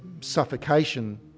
suffocation